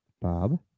Bob